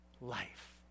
life